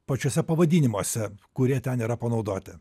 pačiuose pavadinimuose kurie ten yra panaudoti